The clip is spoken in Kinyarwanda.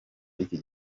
iki